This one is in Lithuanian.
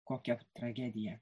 kokia tragedija